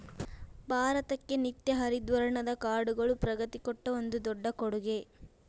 ಭಾರತಕ್ಕೆ ನಿತ್ಯ ಹರಿದ್ವರ್ಣದ ಕಾಡುಗಳು ಪ್ರಕೃತಿ ಕೊಟ್ಟ ಒಂದು ದೊಡ್ಡ ಕೊಡುಗೆ